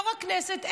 יו"ר הכנסת,